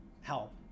help